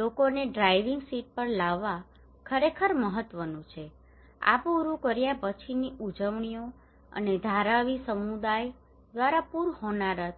લોકોને driving seat પર લાવવા ખરેખર મહત્વનું છે આ પૂરું કર્યા પછીની ઉજવણીઓ અને ધારાવી સમુદાય દ્વારા પૂર હોનારત